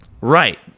right